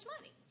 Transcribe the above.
money